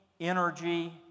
energy